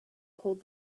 hold